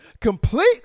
completely